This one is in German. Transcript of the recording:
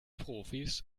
profis